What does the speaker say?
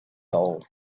hole